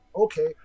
okay